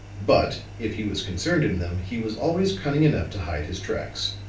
but, if he was concerned in them, he was always cunning enough to hide his tracks.